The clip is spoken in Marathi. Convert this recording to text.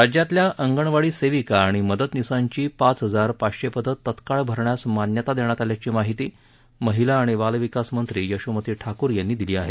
राज्यातल्या अंगणवाडी सेविका आणि मदतनीसांची पाच हजार पाचशे पदं तत्काळ भरण्यास मान्यता देण्यात आल्याची माहिती महिला आणि बाल विकास मंत्री यशोमती ठाकूर यांनी दिली आहे